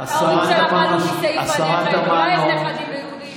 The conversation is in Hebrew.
סעיף הנכד, אולי יש נכדים ליהודים?